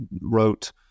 wrote